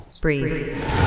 Breathe